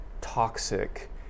toxic